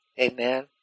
amen